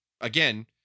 again